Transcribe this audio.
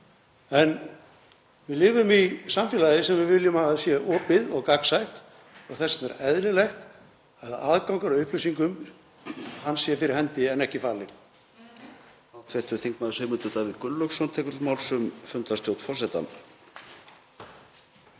En við lifum í samfélagi sem við viljum að sé opið og gagnsætt og þess vegna er eðlilegt að aðgangur að upplýsingum sé fyrir hendi en ekki falinn.